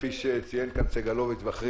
כפי שציינו כאן סגלוביץ' ואחרים.